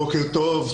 בוקר טוב,